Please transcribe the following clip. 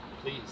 Please